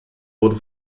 wurde